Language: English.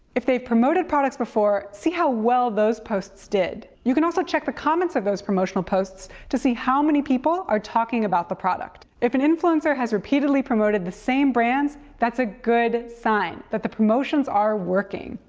if they've promoted products before, see how well those posts did. you can also check the comments of those promotional posts to see how many people are talking about the product. if an influencer has repeatedly promoted the same brands, that's a good sign that the promotions are working.